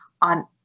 on